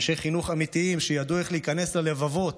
אנשי חינוך אמיתיים שידעו איך להיכנס ללבבות,